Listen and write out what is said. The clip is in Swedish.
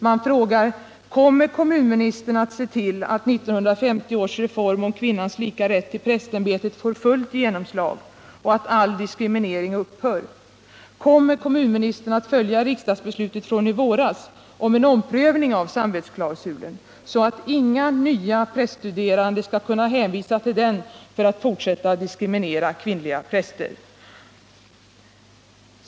Man frågar: Kommer kommunministern att se till att 1958 års reform om kvinnans lika rätt till prästämbetet får fullt genomslag och att all diskriminering upphör? Kommer kommunministern att följa riksdagsbeslutet från i våras om en omprövning av samvetsklausulen, så att inga nya präststuderande skall kunna hänvisa till den för att fortsätta att diskriminera kvinnliga präster?